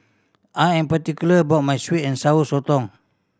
I am particular about my sweet and Sour Sotong